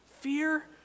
Fear